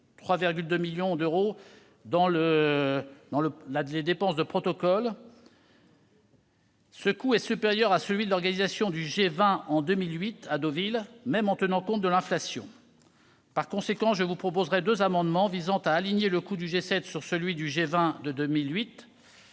3,2 millions d'euros au titre des dépenses de protocole. Ce coût est supérieur à celui de l'organisation du G20 en 2008, à Deauville, même en tenant compte de l'inflation. Par conséquent, je présenterai deux amendements visant respectivement à aligner le coût du G7 sur celui du G20 de 2008